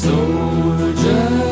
Soldier